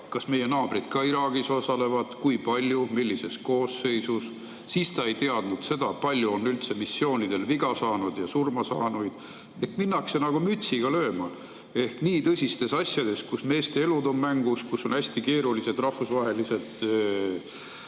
kas meie naabrid ka Iraagis osalevad – kui palju, millises koosseisus. Ta ei teadnud seda, kui palju on üldse missioonidel viga saanuid ja surmasaanuid. Minnakse nagu mütsiga lööma. Nii tõsistes asjades, kus meeste elud on mängus, kus on hästi keerulised rahvusvahelised